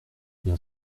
bien